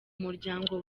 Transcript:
umuryango